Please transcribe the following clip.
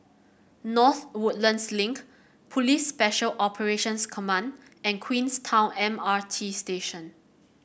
North Woodlands Link Police Special Operations Command and Queenstown M R T Station